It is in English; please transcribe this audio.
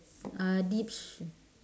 uh